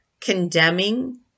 condemning